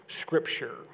Scripture